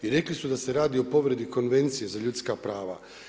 I rekli su da se radi o povredi Konvencije za ljudska prava.